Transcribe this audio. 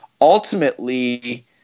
Ultimately